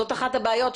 זו אחת הבעיות,